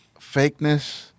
fakeness